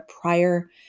prior